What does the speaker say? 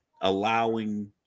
allowing